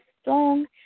strong